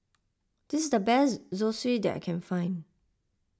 this is the best Zosui that I can find